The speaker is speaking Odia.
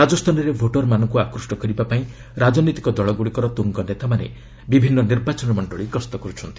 ରାଜସ୍ଥାନରେ ଭୋଟର୍ମାନଙ୍କୁ ଆକୃଷ୍ଟ କରିବାପାଇଁ ରାଜନୈତିକ ଦଳଗୁଡ଼ିକର ତୁଙ୍ଗ ନେତାମାନେ ବିଭିନ୍ନ ନିର୍ବାଚନ ମଣ୍ଡଳି ଗସ୍ତ କର୍ଚ୍ଚନ୍ତି